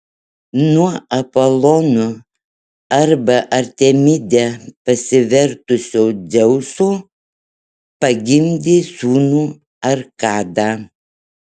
nuo apolonu arba artemide pasivertusio dzeuso pagimdė sūnų arkadą